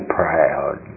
proud